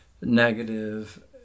negative